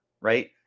right